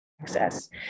access